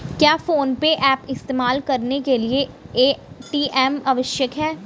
क्या PhonePe app इस्तेमाल करने के लिए ए.टी.एम आवश्यक है?